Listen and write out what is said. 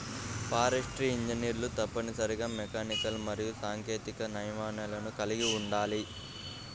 forestry ఇంజనీర్లు తప్పనిసరిగా mechanical మరియు సాంకేతిక నైపుణ్యాలను కలిగి ఉండాలి